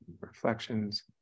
reflections